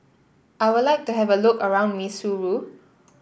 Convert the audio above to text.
I would like to have a look around Maseru